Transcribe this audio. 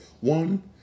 One